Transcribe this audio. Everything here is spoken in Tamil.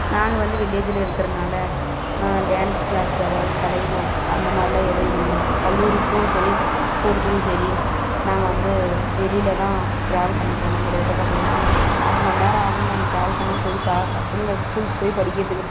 நாங்கள் வந்து வில்லேஜில் இருக்கறதுனால டேன்ஸ் க்ளாஸ் அதாவது கலை அந்தமாதிரிலாம் எதுவும் இல்லைங்க கல்லூரிக்கும் சரி ஸ்கூலுக்கும் சரி நாங்கள் வந்து வெளியில் தான் ட்ராவல் பண்ணிப்போகணும் கிட்டத்தட்ட பார்த்திங்கனா அரமணி நேரம் ஆகும் நாங்கள் ட்ராவல் பண்ணி போய் பசங்கள் ஸ்கூலுக்கு போய் படிக்கிறத்துக்கு